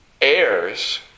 heirs